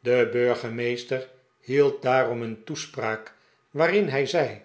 de burgemeester hield daarom een toespraak waarin hij zei